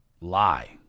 lie